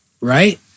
Right